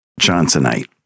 Johnsonite